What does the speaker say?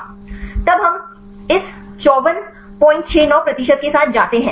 तब हम इस 5469 प्रतिशत के साथ जाते हैं